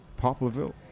Poplarville